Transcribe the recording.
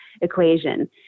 equation